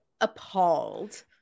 appalled